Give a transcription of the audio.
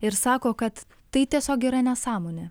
ir sako kad tai tiesiog yra nesąmonė